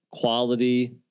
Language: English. quality